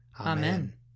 Amen